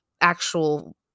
actual